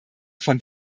von